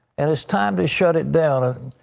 and it is time to shut it down.